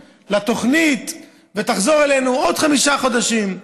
לתוכנית ותחזור אלינו עוד חמישה חודשים.